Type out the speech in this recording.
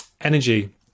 energy